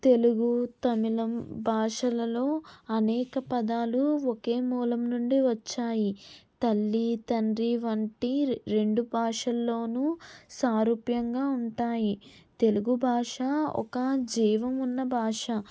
తెలుగు తమిళం భాషలలో అనేక పదాలు ఒకే మూలం నుండి వచ్చాయి తల్లి తండ్రి వంటి రెండు భాషల్లోనూ సారూప్యంగా ఉంటాయి తెలుగు భాష ఒక జీవం ఉన్న భాష